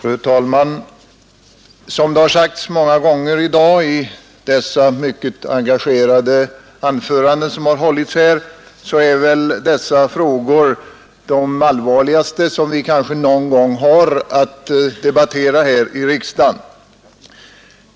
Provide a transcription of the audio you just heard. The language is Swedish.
Fru talman! Som det har sagts många gånger i dag i de mycket engagerade anföranden som har hållits är väl dessa frågor de allvarligaste som vi kanske någon gång har att debattera i riksdagen.